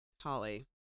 Holly